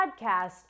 podcast